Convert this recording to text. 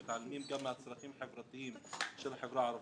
הן מתעלמות גם מהצרכים החברתיים של החברה הערבית,